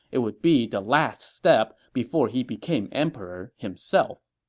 it would be the last step before he became emperor himself